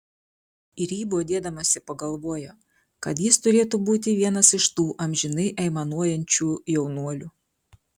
ir ji bodėdamasi pagalvojo kad jis turėtų būti vienas iš tų amžinai aimanuojančių jaunuolių